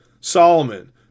Solomon